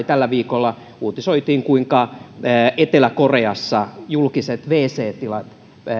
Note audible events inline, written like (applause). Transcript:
(unintelligible) tällä viikolla uutisoitiin kuinka etelä koreassa julkiset wc tilat